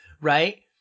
right